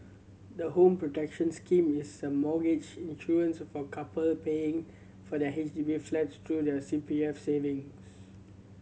the Home Protection Scheme is a mortgage insurance for couple paying for their H D B flats through their C P F savings